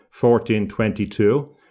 1422